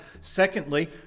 Secondly